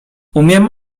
umiem